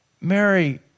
Mary